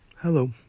Hello